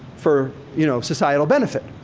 for you know societal benefit.